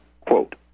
Quote